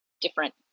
different